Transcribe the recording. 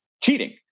cheating